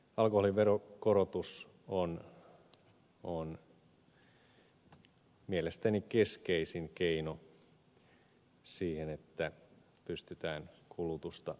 alkoholiveron korotus on mielestäni keskeisin keino siihen että pystytään kulutusta rajoittamaan